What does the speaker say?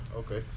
okay